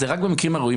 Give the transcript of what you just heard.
זה רק במקרים הראויים,